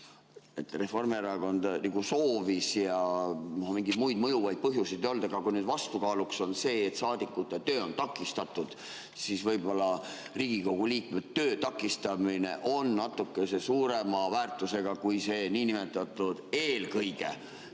Reformierakond nagu soovis ja mingeid muid mõjuvaid põhjuseid ei olnud. Aga kui nüüd vastukaaluks on see, et saadikute töö on takistatud, siis võib-olla Riigikogu liikme töö takistamine on natukese suurema väärtusega kui see "eelkõige".